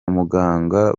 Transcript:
muganga